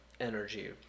energy